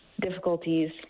difficulties